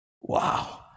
wow